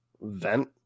vent